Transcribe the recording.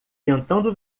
tentando